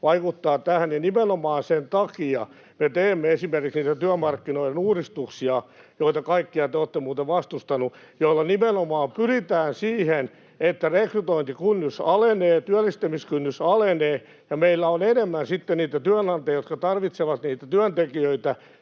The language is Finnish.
vaikuttaa tähän. Nimenomaan sen takia me teemme esimerkiksi niitä työmarkkinoiden uudistuksia, joita kaikkia te olette muuten vastustaneet ja joilla nimenomaan pyritään siihen, että rekrytointikynnys alenee, työllistämiskynnys alenee ja meillä on sitten enemmän niitä työnantajia, jotka tarvitsevat työntekijöitä